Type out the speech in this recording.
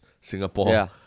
Singapore